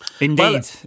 indeed